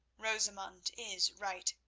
rosamund is right.